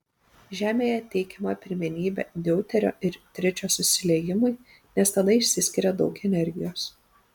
žemėje teikiama pirmenybė deuterio ir tričio susiliejimui nes tada išsiskiria daug energijos